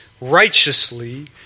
righteously